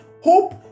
hope